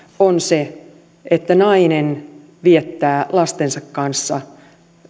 on se että nainen viettää lastensa kanssa